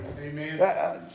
Amen